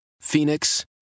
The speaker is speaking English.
Phoenix